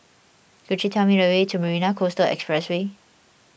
could you tell me the way to Marina Coastal Expressway